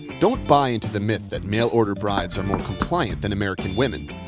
don't buy into the myth that mail-order brides are more compliant than american women.